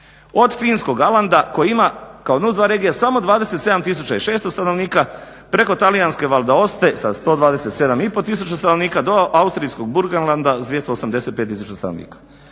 Od Finskog Alanda koji ima kao NUC2 regija samo 27600 stanovnika, preko talijanske Valdaoste sa 127 i pol tisuća stanovnika do austrijskog Burgenlanda sa 285000 stanovnika.